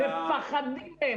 מפחדים מהם.